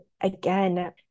again